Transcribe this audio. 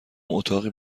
اتاقی